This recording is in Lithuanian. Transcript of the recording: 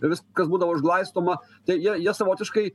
viskas būdavo užglaistoma tai jie jie savotiškai